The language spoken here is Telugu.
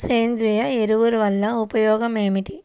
సేంద్రీయ ఎరువుల వల్ల ఉపయోగమేమిటీ?